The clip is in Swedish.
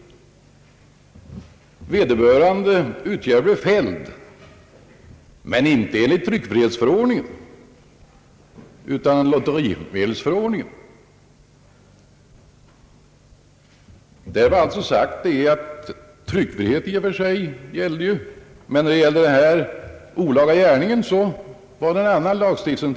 Vederbörande utgivare blev fälld — men inte enligt tryckfrihetsförordningen utan enligt lotterimedelsförordningen. Där var alltså sagt, att tryckfrihet i och för sig gällde men att gärningen i fråga var olaglig enligt en annan lagstiftning.